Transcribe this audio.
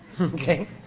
Okay